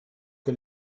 que